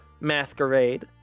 masquerade